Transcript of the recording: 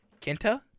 Kenta